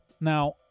now